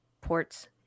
ports